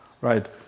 right